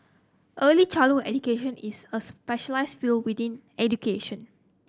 early childhood education is a specialised field within education